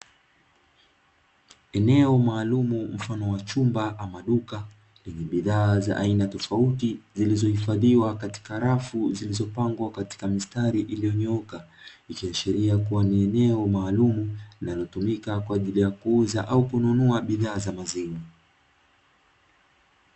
Eneo maalumu mfano wa chumba ama duka, lenye bidhaa za aina tofauti, zilizohifadhiwa katika rafu zilizopangwa Katika mistari iliyonyooka, ikiashiria kuwa ni eneo maalumu linalotumika kwa ajili ya kuuza au kununua bidhaa za maziwa.